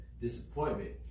disappointment